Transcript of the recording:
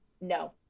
no